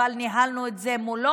אבל ניהלנו את זה מולו,